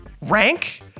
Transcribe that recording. rank